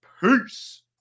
peace